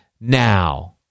now